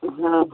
हँ हँ